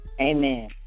Amen